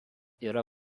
yra